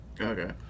Okay